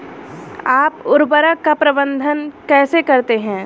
आप उर्वरक का प्रबंधन कैसे करते हैं?